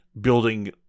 Building